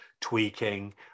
tweaking